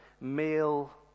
male